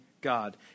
God